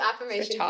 affirmation